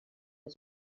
his